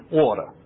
water